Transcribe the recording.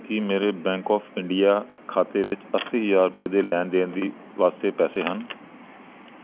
ਕੀ ਮੇਰੇ bank of India ਖਾਤੇ ਵਿੱਚ ਅੱਸੀ ਹਜ਼ਾਰ ਰੁਪਏ ਦੇ ਲੈਣ ਦੇਣ ਦੀ ਵਾਸਤੇ ਪੈਸੇ ਹਨ